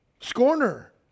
scorner